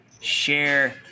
share